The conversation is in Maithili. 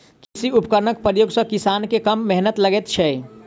कृषि उपकरणक प्रयोग सॅ किसान के कम मेहनैत लगैत छै